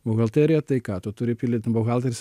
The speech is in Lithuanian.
buhalterija tai ką tu turi pildyt buhalteris